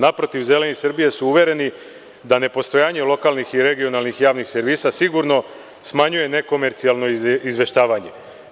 Naprotiv, Zeleni Srbije su uvereni da nepostojanje lokalnih i regionalnih javnih servisa, sigurno smanjuje nekomercijalno izveštavanje.